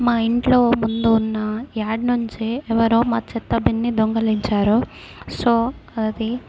మా ఇంట్లో ముందు ఉన్న యార్డ్ నుంచి ఎవరో మా చెత్త బిన్ని దొంగలించారు సో అది